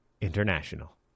International